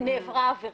נעברה עבירה.